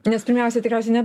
nes pirmiausia tikriausiai ne